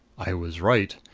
i was right.